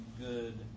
good